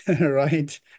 right